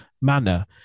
manner